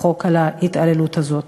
החוק על ההתעללות הזאת.